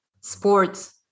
sports